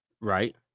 Right